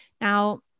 Now